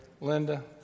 Linda